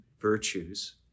virtues